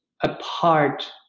Apart